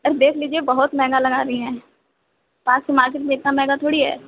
ارے دیکھ لیجئے بہت مہنگا لگا دیے ہیں آج کل مارکیٹ میں اتنا مہنگا تھوڑی ہے